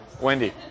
Wendy